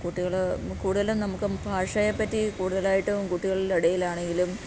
കുട്ടികൾ കൂടുതലും നമുക്ക് ഭാഷയെ പറ്റി കൂടുതലായിട്ടും കുട്ടികളുടെ ഇടയിലാണെങ്കിലും